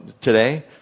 today